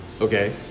Okay